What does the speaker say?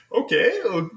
okay